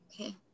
Okay